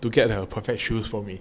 to get the perfect shoes for me